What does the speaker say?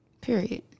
Period